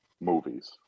movies